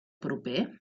proper